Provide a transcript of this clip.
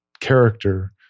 character